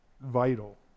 vital